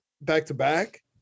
back-to-back